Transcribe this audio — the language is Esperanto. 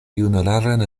junularan